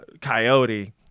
coyote